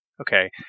okay